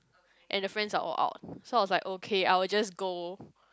and the friends are all out so I was like okay I will just go